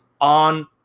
on